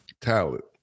talent